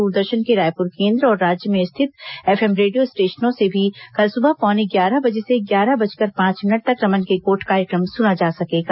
दूरदर्शन के रायपुर केन्द्र और राज्य में स्थित एफएम रेडियो स्टेशनों से भी कल सुबह पौने ग्यारह बजे से ग्यारह बजकर पांच मिनट तक रमन के गोठ कार्यक्रम सुना जा सकेगा